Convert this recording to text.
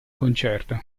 concerto